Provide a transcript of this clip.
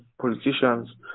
Politicians